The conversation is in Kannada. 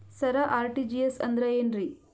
ಸರ ಆರ್.ಟಿ.ಜಿ.ಎಸ್ ಅಂದ್ರ ಏನ್ರೀ?